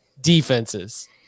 defenses